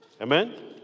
Amen